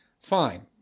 Fine